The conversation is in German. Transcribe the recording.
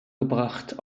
gebracht